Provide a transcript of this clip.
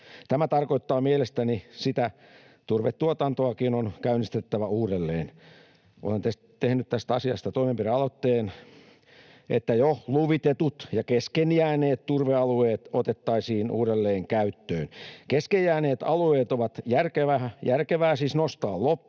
Tämä tarkoittaa mielestäni sitä, että turvetuotantoakin on käynnistettävä uudelleen. Olen tehnyt tästä asiasta toimenpidealoitteen, että jo luvitetut ja kesken jääneet turvealueet otettaisiin uudelleen käyttöön. Kesken jääneet alueet on järkevää siis nostaa loppuun